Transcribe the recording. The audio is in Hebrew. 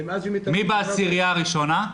מי בעשיריה הראשונה?